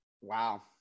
wow